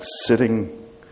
sitting